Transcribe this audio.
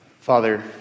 Father